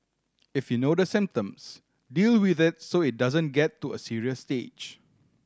if you know the symptoms deal with it so that it doesn't get to a serious stage